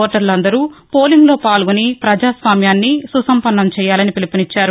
ఓటర్లందరూ పోలింగ్లో పాల్గొని పజాస్వామ్యాన్ని సుసంపన్నం చేయాలని పిలుపునిచ్చారు